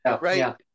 Right